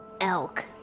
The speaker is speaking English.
Elk